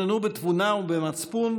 חוננו בתבונה ובמצפון,